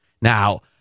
now